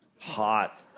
hot